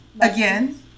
again